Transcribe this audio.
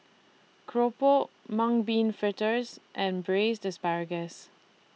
Keropok Mung Bean Fritters and Braised Asparagus